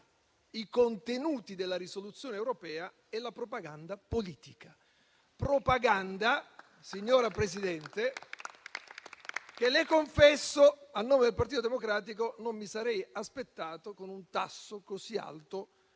i contenuti della risoluzione europea e la propaganda politica. Propaganda, signora Presidente, che le confesso, a nome del Partito Democratico, non mi sarei aspettato con un tasso così alto